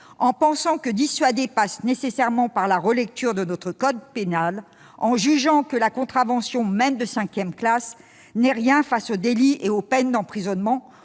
en considérant que dissuader passe nécessairement par la relecture de notre code pénal, en jugeant que la contravention, même de cinquième classe, n'est rien au regard des délits et des peines d'emprisonnement,